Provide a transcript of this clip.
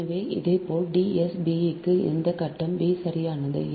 எனவே இதேபோல் D s b க்கும் அந்த கட்டம் b சரியானது